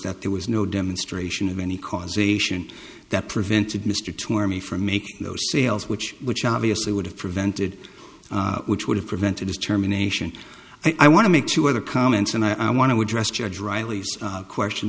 that there was no demonstration of any causation that prevented mr torme from making those sales which which obviously would have prevented which would have prevented determination i want to make two other comments and i want to address judge riley's question